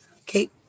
Okay